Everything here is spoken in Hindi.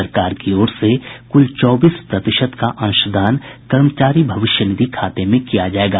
सरकार की ओर से कुल चौबीस प्रतिशत का अंशदान कर्मचारी भविष्य निधि खाते में किया जाएगा